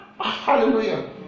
Hallelujah